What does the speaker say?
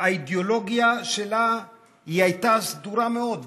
והאידיאולוגיה שלה הייתה סדורה מאוד,